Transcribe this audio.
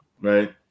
Right